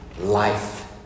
life